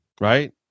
right